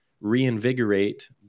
reinvigorate